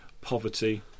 poverty